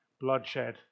bloodshed